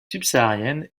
subsaharienne